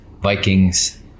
Vikings